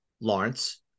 lawrence